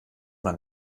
man